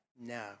No